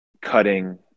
cutting